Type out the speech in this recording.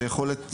ויכולת